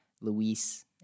Luis